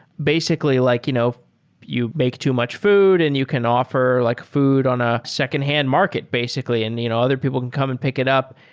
basically, like you know you make too much food and you can offer like food on a secondhand market, basically, and you know other people can come and pick it up.